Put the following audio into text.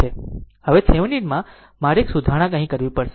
હવે થેવેનિન મારે એક સુધારણા અહીં કરવી પડશે